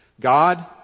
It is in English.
God